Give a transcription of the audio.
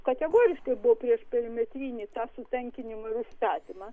kategoriškai buvo prieš perimetrinį tą sutankinimą ir užstatymą